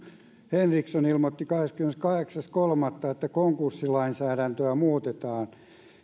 henriksson ilmoitti kahdeskymmeneskahdeksas kolmatta että konkurssilainsäädäntöä muutetaan